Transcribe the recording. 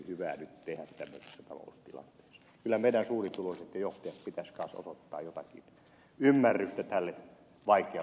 kyllä meidän suurituloistemme ja johtajiemme pitäisi kanssa osoittaa jotakin ymmärrystä tälle vaikealle taloustilanteelle